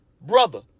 brother